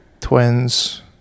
twins